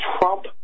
Trump